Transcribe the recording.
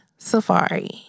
safari